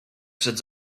przed